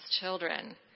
children